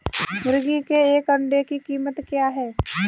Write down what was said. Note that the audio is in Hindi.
मुर्गी के एक अंडे की कीमत क्या है?